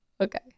Okay